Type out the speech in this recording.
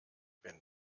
wenn